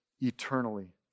eternally